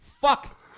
Fuck